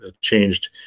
changed